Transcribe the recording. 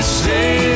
stay